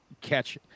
catch